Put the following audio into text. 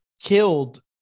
killed